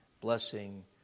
blessing